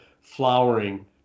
flowering